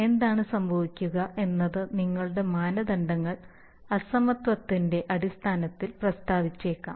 എന്താണ് സംഭവിക്കുക എന്നത് നിങ്ങളുടെ മാനദണ്ഡങ്ങൾ അസമത്വത്തിന്റെ അടിസ്ഥാനത്തിൽ പ്രസ്താവിച്ചേക്കാം